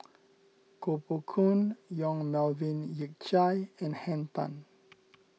Koh Poh Koon Yong Melvin Yik Chye and Henn Tan